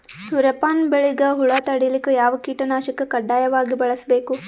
ಸೂರ್ಯಪಾನ ಬೆಳಿಗ ಹುಳ ತಡಿಲಿಕ ಯಾವ ಕೀಟನಾಶಕ ಕಡ್ಡಾಯವಾಗಿ ಬಳಸಬೇಕು?